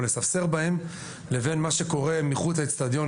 לספסר בהם לבין מה שקורה מחוץ לאצטדיון,